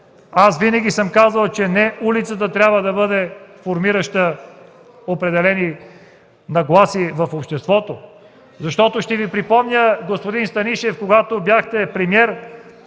Аз винаги съм казвал, че не улицата трябва да бъде формираща определени нагласи в обществото. (Реплики в КБ.) Защото ще Ви припомня, господин Станишев, когато бяхте премиер,